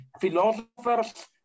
philosophers